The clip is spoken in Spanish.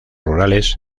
rurales